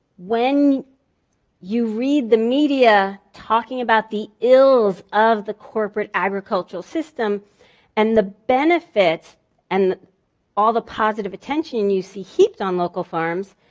when you read the media talking about the ills of the corporate agricultural system and the benefits and all the positive attention you see heaped on local farms,